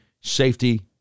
safety